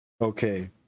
Okay